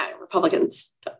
Republicans